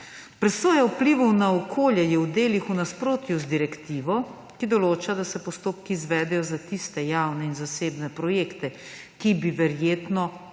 Presoja vplivov na okolje je v delih v nasprotju z direktivo, ki določa, da se postopki izvedejo za tiste javne in zasebne projekte, ki bi verjetno